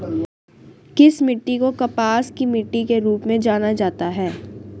किस मिट्टी को कपास की मिट्टी के रूप में जाना जाता है?